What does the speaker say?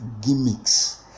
gimmicks